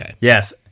Yes